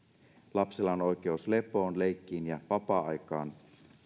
lapsella on oikeus lepoon leikkiin ja vapaa aikaan